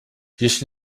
jeżeli